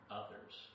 others